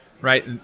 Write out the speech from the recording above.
right